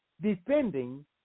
defending